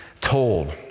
Told